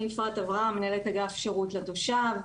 אני אפרת אברהם, מנהלת אגף שירות לתושב.